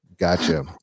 Gotcha